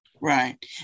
Right